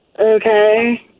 okay